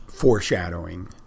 Foreshadowing